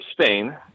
Spain